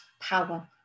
power